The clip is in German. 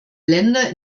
länder